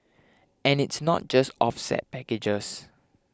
and it's not just offset packages